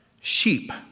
sheep